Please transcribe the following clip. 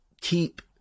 keep